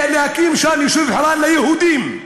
ולהקים שם יישוב ליהודים,